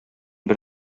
бер